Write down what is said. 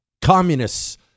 communists